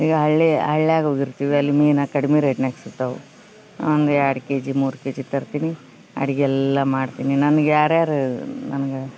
ಈಗ ಹಳ್ಳಿ ಹಳ್ಯಾಗ್ ಹೋಗಿರ್ತಿವಿ ಅಲ್ಲಿ ಮೀನು ಕಡ್ಮಿ ರೇಟ್ನ್ಯಾಗ ಸಿಕ್ತವು ಒಂದು ಎರಡು ಕೆಜಿ ಮೂರು ಕೆಜಿ ತರ್ತೀನಿ ಅಡ್ಗೆ ಎಲ್ಲ ಮಾಡ್ತೀನಿ ನಮ್ಗ ಯಾರ್ಯಾರು ನಮ್ಗ